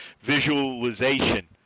visualization